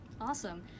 Awesome